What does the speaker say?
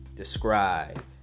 describe